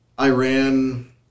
Iran